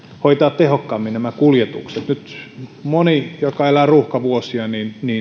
hoitaa tehokkaammin nämä kuljetukset nyt moni joka elää ruuhkavuosia